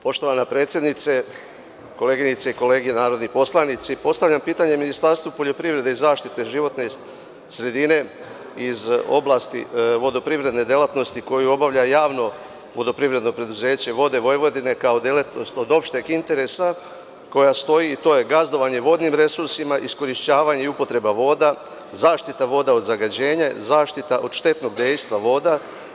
Poštovana predsednice, koleginice i kolege narodni poslanici, postavljam pitanje Ministarstvu poljoprivrede i zaštite životne sredine iz oblasti vodoprivredne delatnosti koju obavlja Javno vodoprivredno preduzeće „Vode Vojvodine“ kao delatnost od opšteg interesa koja stoji, to je gazdovanje vodnim resursima, iskorišćavanje i upotreba voda, zaštita voda od zagađenja, zaštita od štetnog dejstva voda.